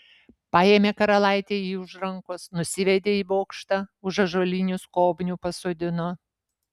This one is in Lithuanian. paėmė karalaitė jį už rankos nusivedė į bokštą už ąžuolinių skobnių pasodino